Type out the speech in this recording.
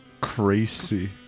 crazy